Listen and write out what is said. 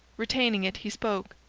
retaining it, he spoke,